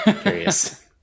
curious